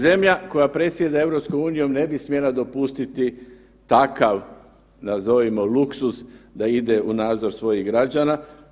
Zemlja koja predsjeda EU ne bi smjela dopustiti takav nazovimo luksuz da ide u nadzor svojih građana.